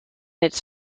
its